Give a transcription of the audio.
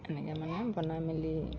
এনেকৈ মানে বনাই মেলি